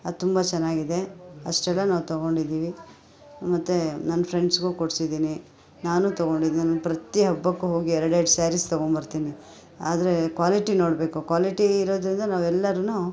ಅದು ತುಂಬ ಚೆನ್ನಾಗಿದೆ ಅಷ್ಟೆಲ್ಲ ನಾವು ತೊಗೊಂಡಿದ್ದೀವಿ ಮತ್ತೆ ನನ್ನ ಫ್ರೆಂಡ್ಸ್ಗೂ ಕೊಡ್ಸಿದ್ದೀನಿ ನಾನು ತೊಗೊಂಡಿದ್ದೀನಿ ಪ್ರತಿ ಹಬ್ಬಕ್ಕೂ ಹೋಗಿ ಎರ್ಡೆರ್ಡು ಸ್ಯಾರೀಸ್ ತೊಗೊಂಬರ್ತೀನಿ ಆದರೆ ಕ್ವಾಲಿಟಿ ನೋಡಬೇಕು ಕ್ವಾಲಿಟಿ ಇರೋದ್ರಿಂದ ನಾವು ಎಲ್ಲರೂನು